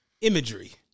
imagery